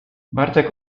bartek